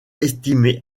estimée